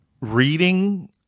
reading